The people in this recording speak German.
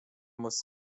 muss